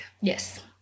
Yes